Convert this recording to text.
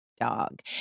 dog